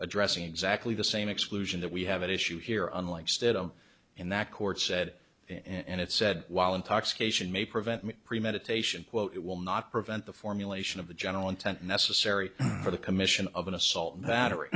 addressing exactly the same exclusion that we have at issue here unlike stethem in that court said and it said while intoxication may prevent premeditation quote it will not prevent the formulation of the general intent necessary for the commission of an assault battery